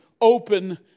open